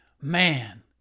man